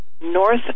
North